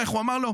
איך הוא אמר לו?